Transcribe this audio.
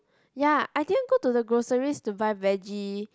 ya I didn't go to the groceries to buy veggie